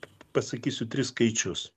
pasakysiu tris skaičius